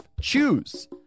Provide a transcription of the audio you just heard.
Choose